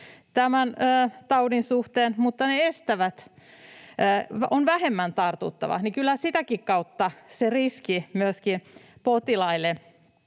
tämän taudin suhteen, mutta ne vähentävät tartuttavuutta, joten kyllä sitäkin kautta se riski myöskin potilaille